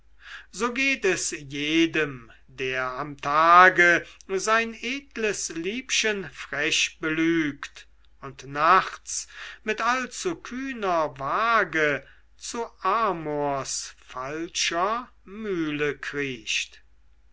so geh es jedem der am tage sein edles liebchen frech belügt und nachts mit allzu kühner wage zu amors falscher mühle kriecht